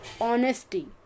honesty